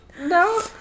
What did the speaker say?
No